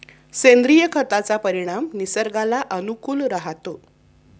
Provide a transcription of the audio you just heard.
सेंद्रिय खताचा परिणाम निसर्गाला अनुकूल राहतो